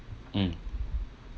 mm